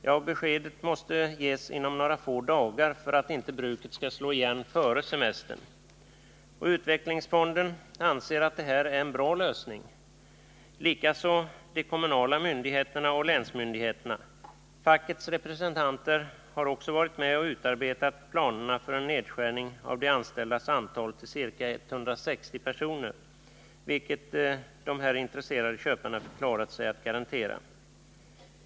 Ja, beskedet måste ges inom några få dagar för att inte bruket skall slå igen före semestern. Utvecklingsfonden anser att det här är en bra lösning, likaså de kommunala myndigheterna och länsmyndigheterna. Fackets representanter har också varit med och utarbetat planerna för en nedskärning av de anställdas antal till ca 160 personer, vilket de intresserade köparna förklarat sig kunna garantera.